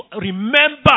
remember